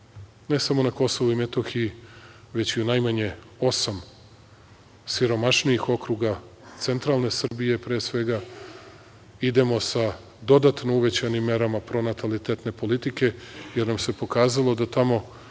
ne samo na Kosovu i Metohiji već u najmanje osam siromašnijih okruga centralne Srbije, pre svega, idemo sa dodano uvećanim merama pronatalitetne politike, jer nam se pokazalo da tamo